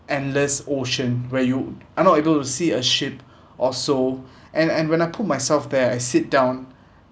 endless ocean where you are not able to see a ship or so and and when I pull myself there I sit down